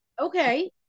okay